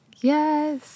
Yes